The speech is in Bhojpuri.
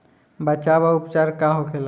बचाव व उपचार का होखेला?